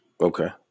Okay